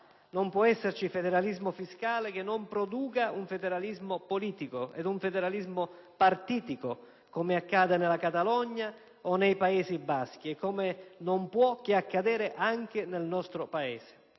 Non può esserci federalismo fiscale che non produca un federalismo politico ed un federalismo partitico, come accade nella Catalogna o nei Paesi Baschi e come non può che accadere anche nel nostro Paese.